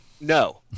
no